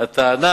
הטענה